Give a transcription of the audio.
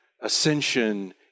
ascension